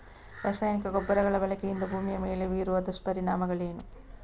ರಾಸಾಯನಿಕ ಗೊಬ್ಬರಗಳ ಬಳಕೆಯಿಂದಾಗಿ ಭೂಮಿಯ ಮೇಲೆ ಬೀರುವ ದುಷ್ಪರಿಣಾಮಗಳೇನು?